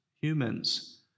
humans